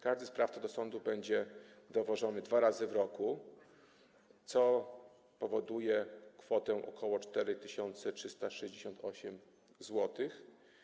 Każdy sprawca do sądu będzie dowożony dwa razy w roku, co powoduje kwotę ok. 4368 zł.